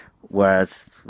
Whereas